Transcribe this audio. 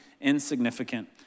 insignificant